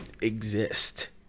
exist